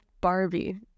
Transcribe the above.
Barbie